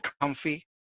comfy